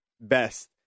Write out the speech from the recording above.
Best